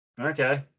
Okay